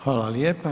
Hvala lijepa.